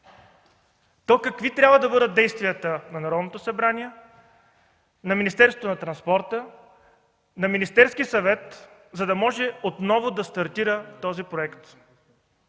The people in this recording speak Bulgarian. то какви трябва да бъдат действията на Народното събрание, на Министерството на транспорта, на Министерския съвет, за да може отново да стартира този проект?